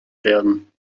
werden